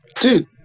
Dude